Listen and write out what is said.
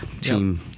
team